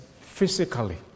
physically